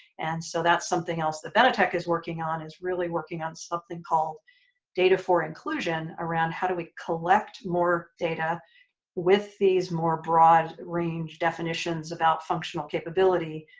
and so that's something else the feta tech is working on is really working on something called data for inclusion around how do we collect more data with these more broad range definitions about functional capability,